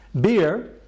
Beer